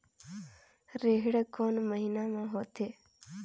रेहेण कोन महीना म होथे?